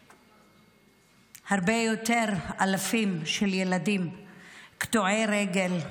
והרבה יותר אלפים של ילדים קטועי רגל,